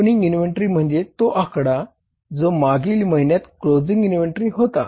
opening inventory म्हणजे तो आकडा जो मागील महिन्यात क्लोजिंग इन्व्हेंटरी होता